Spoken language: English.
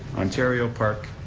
ontario park,